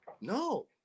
No